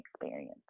experience